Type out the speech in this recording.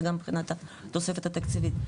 זה גם מבחינת התוספת התקציבית.